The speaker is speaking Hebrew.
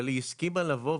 אבל היא הסכימה לבוא,